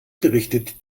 berichtet